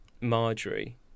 Marjorie